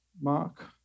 Mark